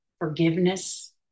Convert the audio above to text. forgiveness